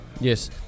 Yes